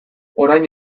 orain